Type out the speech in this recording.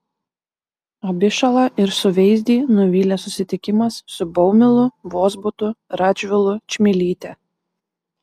abišalą ir suveizdį nuvylė susitikimas su baumilu vozbutu radžvilu čmilyte